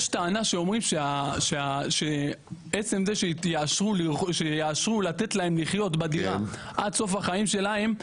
יש טענה שאומרים שעצם זה שיאשרו לתת להם לחיות בדירה עד סוף החיים שלהם,